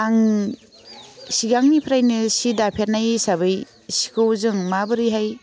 आं सिगांनिफ्रायनो सि दाफेरनाय हिसाबै सिखौ जों माबोरैहाय